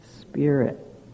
Spirit